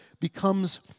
becomes